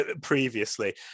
previously